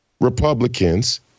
Republicans